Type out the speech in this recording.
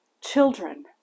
children